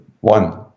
one